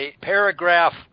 paragraph